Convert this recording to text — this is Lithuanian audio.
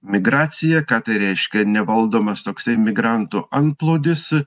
migracija ką tai reiškia nevaldomas toksai migrantų antplūdis